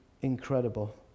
incredible